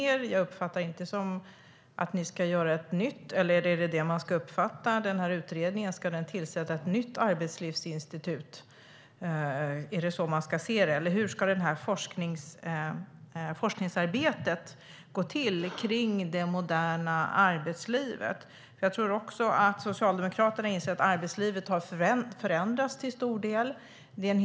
Jag har inte uppfattat det som att ni ska inrätta ett nytt, eller ska man uppfatta den här utredningen som att det ska inrättas ett nytt arbetslivsinstitut? Eller hur ska forskningsarbetet gå till när det gäller det moderna arbetslivet? Jag tror också att Socialdemokraterna inser att arbetslivet till stor del har förändrats.